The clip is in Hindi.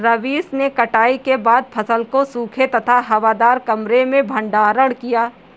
रवीश ने कटाई के बाद फसल को सूखे तथा हवादार कमरे में भंडारण किया